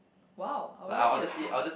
!wow! I'll rather eat the squirrel